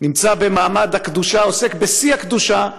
נמצא במעמד הקדושה, עוסק בשיא הקדושה,